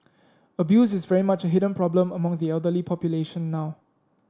abuse is very much a hidden problem among the elderly population now